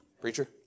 Preacher